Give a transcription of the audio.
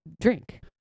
drink